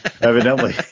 evidently